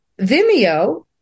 Vimeo